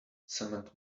cement